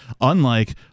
unlike-